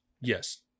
Yes